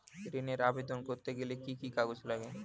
ঋণের আবেদন করতে গেলে কি কি কাগজ লাগে?